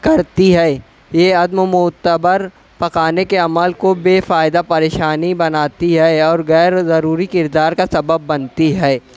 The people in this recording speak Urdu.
کرتی ہے یہ عدم معتبر پکانے کے عمل کو بےفائدہ پریشانی بناتی ہے اور غیرضروری کردار کا سبب بنتی ہے